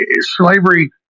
slavery